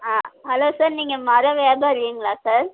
ஆ hello sir நீங்கள் மர வியாபாரிங்களா சார்